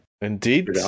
Indeed